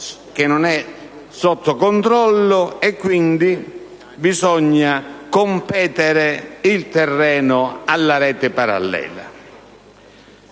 che non è sotto controllo, e quindi bisogna contendere il terreno alla rete parallela.